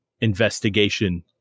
investigation